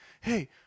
hey